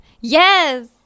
Yes